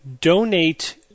donate